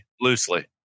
Loosely